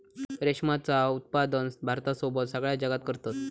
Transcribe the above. रेशमाचा उत्पादन भारतासोबत सगळ्या जगात करतत